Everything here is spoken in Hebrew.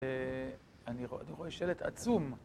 אני רואה שלט עצום.